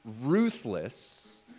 ruthless